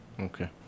okay